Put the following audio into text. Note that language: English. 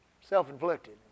Self-inflicted